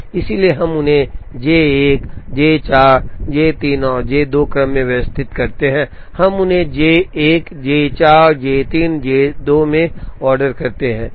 इसलिए हम उन्हें जे 1 जे 4 जे 3 और जे 2 क्रम में व्यवस्थित करते हैं अब हम उन्हें जे 1 जे 4 जे 3 और जे 2 में ऑर्डर करते हैं